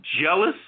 jealous